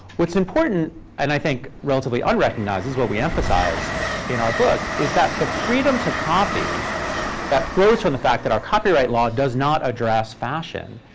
what's important, and i think relatively unrecognized this is what we emphasize in our book is that the freedom to copy that flows from the fact that our copyright law does not address fashion,